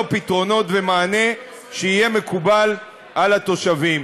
פתרונות ומענה שיהיה מקובל על התושבים.